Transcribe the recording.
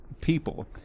people